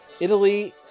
Italy